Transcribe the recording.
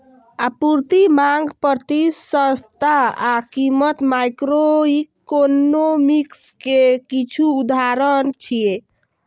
आपूर्ति, मांग, प्रतिस्पर्धा आ कीमत माइक्रोइकोनोमिक्स के किछु उदाहरण छियै